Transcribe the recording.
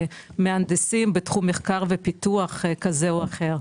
כמהנדסים בתחום מחקר ופיתוח כזה או אחר,